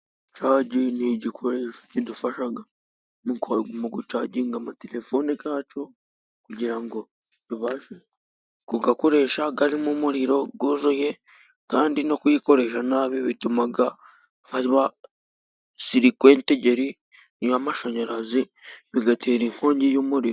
Cagi ni igikoresho kidufasha mu gucaginga amatelefone yacu kugira ngo kuyakoreshe arimo umuriro yuzuye. kandi no kuyikoresha nabi bituma haba sirikwentegeri y'amashanyarazi, bigatera inkongi y'umuriro.